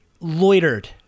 loitered